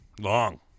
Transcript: Long